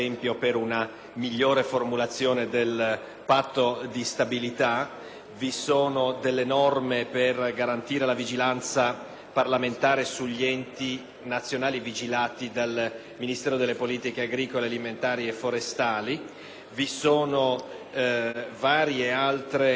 di stabilità; norme per garantire la vigilanza parlamentare sugli enti nazionali vigilati dal Ministero delle politiche agricole alimentari e forestali; vi sono varie altre misure riguardanti diversi settori.